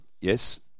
Yes